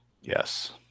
Yes